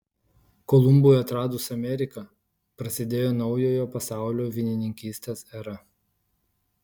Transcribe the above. kolumbui atradus ameriką prasidėjo naujojo pasaulio vynininkystės era